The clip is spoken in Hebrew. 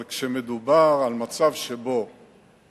אבל כשמדובר על מצב שבו